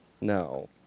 No